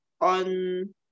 on